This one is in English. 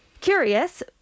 curious